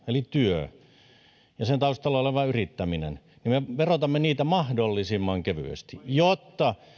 eli työtä ja sen taustalla olevaa yrittämistä me verotamme mahdollisimman kevyesti jotta